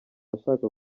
ashaka